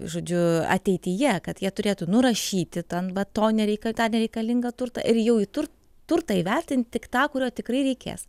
žodžiu ateityje kad jie turėtų nurašyti ten va to nereikia tą nereikalingą turtą ir jau į tur turtą įvertint tik tą kurio tikrai reikės